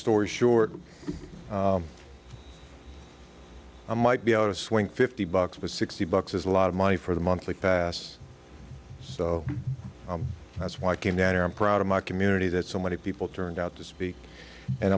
story short i might be able to swing fifty bucks but sixty bucks is a lot of money for the monthly pass so that's why i came down i am proud of my community that so many people turned out to speak and